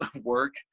work